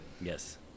Yes